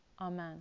Amen